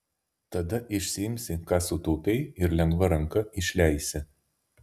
tada išsiimsi ką sutaupei ir lengva ranka išleisi